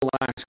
last